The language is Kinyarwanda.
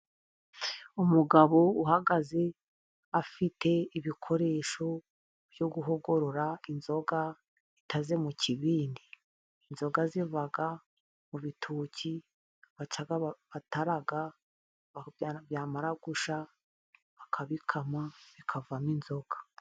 Umugabo uhagaze afite ibikoresho byo guhogorora inzoga itaze mu kibindi. Inzoga ziva mu bitoki baca bagatara, byamara gushya bakabikama bikavamo inzoka.